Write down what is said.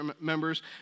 members